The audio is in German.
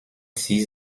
sie